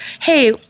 Hey